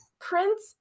Prince